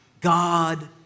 god